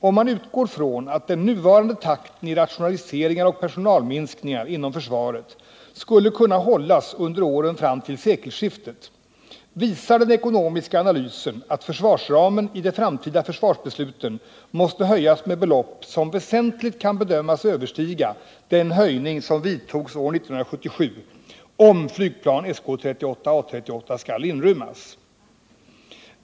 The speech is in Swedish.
Om man utgår från att den nuvarande takten i rationaliseringar och personalminskningar inom försvaret skulle kunna hållas under åren fram till sekelskiftet, visar den ekonomiska analysen att försvarsramen i de framtida försvarsbesluten måste höjas med belopp som väsentligt kan bedömas överstiga den höjning som vidtogs år 1977, om flygplan SK 38/A 38 skall inrymmas.